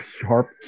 sharp